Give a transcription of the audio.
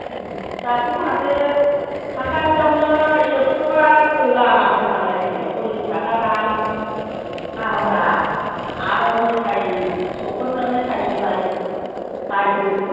दाथ' माथो थांगासेयावनो एक्स'आ थोआ माथो थांलाय फैलाय सल्लिस थाखा गाहाम भारा आरो मेथाइ फिसौफोरनो मेथाइ सौराय बायदो